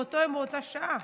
באותו יום ובאותה שעה.